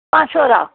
पंज सौ दा